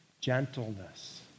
gentleness